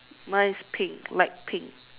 mine is pink light pink